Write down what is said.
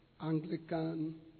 Anglican